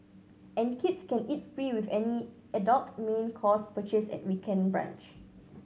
and kids can eat free with any adult main course purchase at weekend brunch